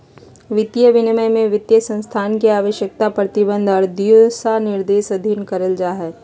वित्तीय विनियमन में वित्तीय संस्थान के आवश्यकता, प्रतिबंध आर दिशानिर्देश अधीन करल जा हय